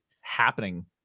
happening